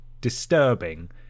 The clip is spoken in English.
disturbing